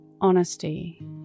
Honesty